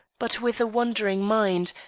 but with a wandering mind,